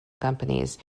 companies